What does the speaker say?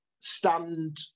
stand